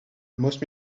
most